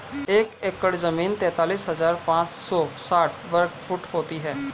एक एकड़ जमीन तैंतालीस हजार पांच सौ साठ वर्ग फुट होती है